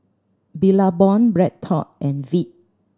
Billabong BreadTalk and Veet